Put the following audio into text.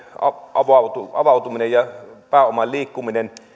avautuminen avautuminen ja pääoman liikkuminen